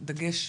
דגש,